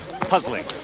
Puzzling